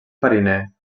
fariner